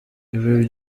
ibi